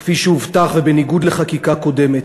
כפי שהובטח ובניגוד לחקיקה קודמת,